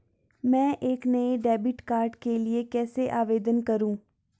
मैं नए debit card के लिए कैसे आवेदन करूं?